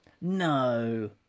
No